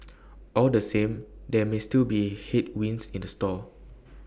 all the same there may still be headwinds in the store